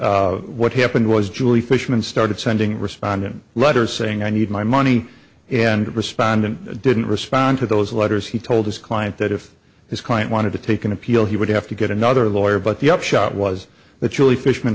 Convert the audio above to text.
and what happened was julie fishman started sending respondent letters saying i need my money and respondent didn't respond to those letters he told his client that if his client wanted to take an appeal he would have to get another lawyer but the upshot was that chile fishman